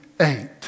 eight